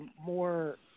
more